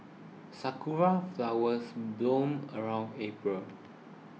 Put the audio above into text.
sakura flowers bloom around April